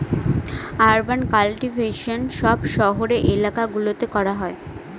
urban cultivation সব শহরের এলাকা গুলোতে করা হয়